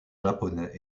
japonais